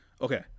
okay